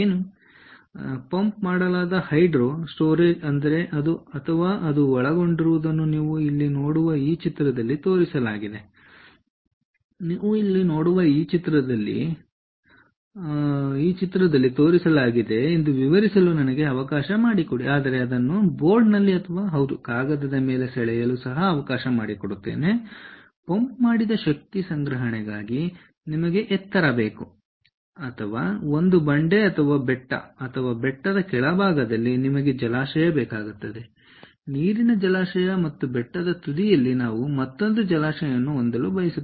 ಆದ್ದರಿಂದ ಪಂಪ್ ಮಾಡಲಾದ hydro storage ಎಂದರೆ ಅದು ಅಥವಾ ಅದು ಒಳಗೊಂಡಿರುವದನ್ನು ನೀವು ಇಲ್ಲಿ ನೋಡುವ ಈ ಚಿತ್ರದಲ್ಲಿ ತೋರಿಸಲಾಗಿದೆ ಎಂದು ವಿವರಿಸಲು ನನಗೆ ಅವಕಾಶ ಮಾಡಿಕೊಡಿ ಆದರೆ ಅದನ್ನು ಬೋರ್ಡ್ನಲ್ಲಿ ಅಥವಾ ಹೌದು ಕಾಗದದ ಮೇಲೆ ಸೆಳೆಯಲು ಸಹ ಅವಕಾಶ ಮಾಡಿಕೊಡುತ್ತೇನೆ ಪಂಪ್ ಮಾಡಿದ ಶಕ್ತಿ ಸಂಗ್ರಹಣೆಗಾಗಿ ನಿಮಗೆ ಎತ್ತರ ಬೇಕು ಹಾಗಾಗ ಬೆಟ್ಟದ ಕೆಳಭಾಗದಲ್ಲಿ ನಿಮಗೆ ನೀರಿನ ಜಲಾಶಯ ಬೇಕಾಗುತ್ತದೆ ಮತ್ತು ಬೆಟ್ಟದ ತುದಿಯಲ್ಲಿ ನಾವು ಮತ್ತೊಂದು ಜಲಾಶಯವನ್ನು ಹೊಂದಲು ಬಯಸುತ್ತೇವೆ